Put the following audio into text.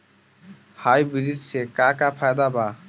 Hybrid से का का फायदा बा?